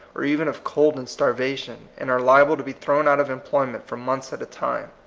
or even of cold and starvation, and are liable to be thrown out of employment for months at a time.